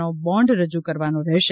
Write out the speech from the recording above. નો bond રજુ કરવાનો રહેશે